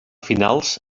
finals